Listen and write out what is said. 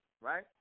Right